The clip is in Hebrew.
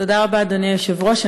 תודה רבה, אדוני היושב-ראש.